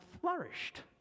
flourished